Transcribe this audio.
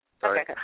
sorry